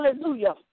hallelujah